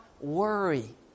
worry